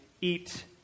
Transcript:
eat